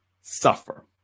suffer